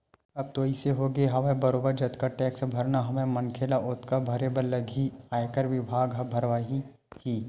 अब तो अइसे होगे हवय बरोबर जतका टेक्स भरना हवय मनखे ल ओतका भरे बर लगही ही आयकर बिभाग ह भरवाही ही